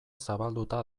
zabalduta